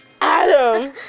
Adam